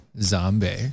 zombie